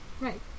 Right